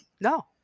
No